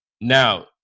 now